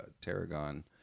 tarragon